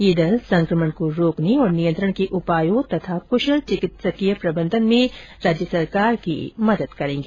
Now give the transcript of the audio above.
यह दल संकमण को रोकने तथा नियंत्रण के उपायों और कुशल चिकित्सकीय प्रबंधन में राज्य सरकार की मदद करेगा